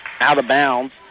out-of-bounds